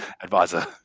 advisor